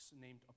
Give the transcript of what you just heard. named